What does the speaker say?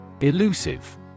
Elusive